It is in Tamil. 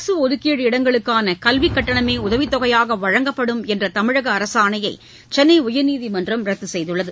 அரசு ஒதுக்கீட்டு இடங்களுக்கான கல்விக் கட்டணமே உதவித் தொகையாக வழங்கப்படும் என்ற தமிழக அரசாணையை சென்னை உயர்நீதிமன்றம் ரத்து செய்துள்ளது